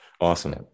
Awesome